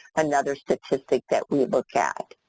another statistic that we look at.